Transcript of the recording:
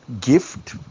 gift